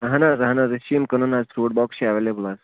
اَہن حظ اَہن حظ أسۍ چھِ یِم کٕنان حظ فروٗٹ بۄکٕس چھِ ایٚولیبٕل حظ